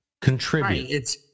contribute